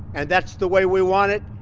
and that's the way we want it.